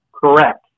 Correct